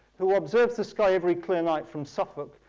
who observes the sky every clear night from suffolk,